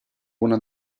una